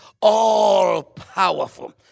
all-powerful